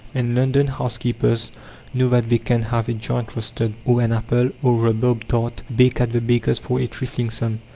and london housekeepers know that they can have a joint roasted, or an apple or rhubarb tart baked at the baker's for a trifling sum,